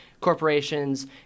corporations